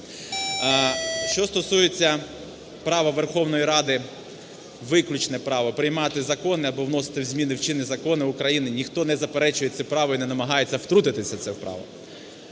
Що стосується права Верховної Ради, виключне право, приймати закон або вносити зміни в чинні закони України, ніхто не заперечує це право і не намагається втрутитися в це право.